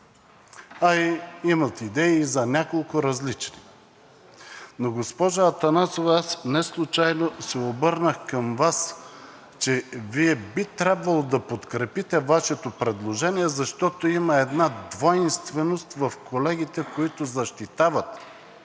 а имат идеи за няколко различни. Но, госпожо Атанасова, аз неслучайно се обърнах към Вас, че Вие би трябвало да подкрепите Вашето предложение, защото има една двойственост в колегите, които защитават